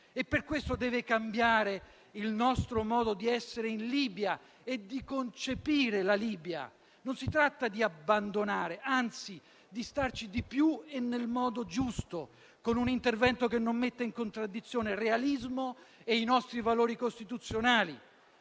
per questo deve cambiare il nostro modo di essere in Libia e di concepire la Libia. Non si tratta di abbandonarla, anzi di starci di più e nel modo giusto, con un intervento che non metta in contraddizione il realismo e i nostri valori costituzionali.